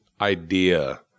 idea